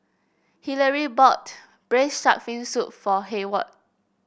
Hillary bought Braised Shark Fin Soup for Hayward